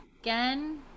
again